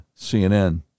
CNN